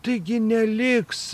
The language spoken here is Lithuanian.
taigi neliks